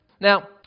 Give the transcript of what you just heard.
Now